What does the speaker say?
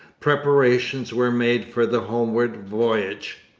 preparations were made for the homeward voyage.